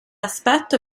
aspetto